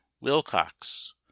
Wilcox